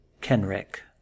kenrick